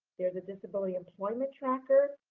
there's a disability employment tracker.